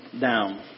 down